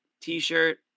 T-shirt